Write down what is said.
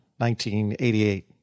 1988